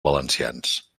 valencians